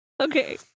Okay